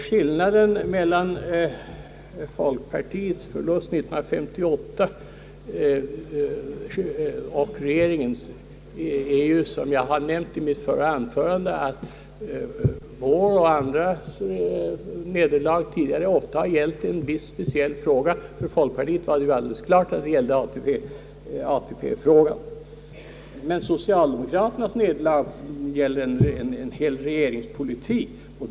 Skillnaden mellan folkpartiets förlust 1958 och regeringens förlust i år är ju — som jag har nämnt i mitt förra anförande — att vårt och andras nederlag tidigare ofta gällt en viss speciell fråga — för folkpartiet var det alldeles klart att det gällde ATP-frågan — men att socialdemokraternas nederlag gällt en hel regeringspolitik.